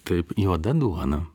taip juoda duona